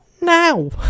now